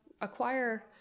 acquire